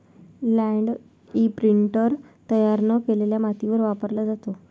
land imprinter तयार न केलेल्या मातीवर वापरला जातो